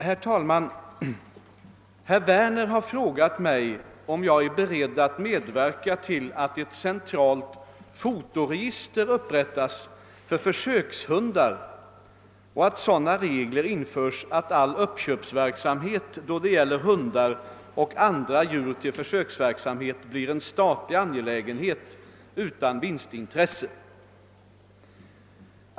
Herr talman! Herr Werner har frågat mig om jag är beredd att medverka till att ett centralt fotoregister upprättas för försökshundar och att sådana regler införs att all uppköpsverksamhet då det gäller hundar och andra djur till försöksverksamhet blir en statlig angelägenhet utan vinstintresse.